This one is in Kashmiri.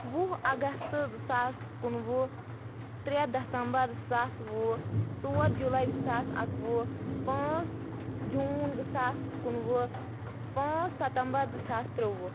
وُہ اگست زٕ ساس کُنوُہ ترٛےٚ دَسمبر زٕ ساس وُہ ژور جُلاے زٕ ساس اَکوُہ پانٛژھ جوٗن زٕ ساس کُنوُہ پانٛژھ سَتَمبر زٕ ساس ترٛووُہ